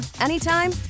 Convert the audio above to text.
anytime